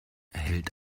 hält